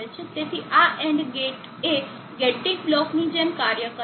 તેથી આ AND gate એ ગેટિંગ બ્લોક ની જેમ કાર્ય કરે છે